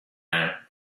now